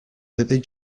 that